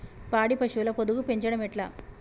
పాడి పశువుల పొదుగు పెంచడం ఎట్లా?